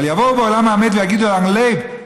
אבל יבואו בעולם האמת ויגידו: לייב,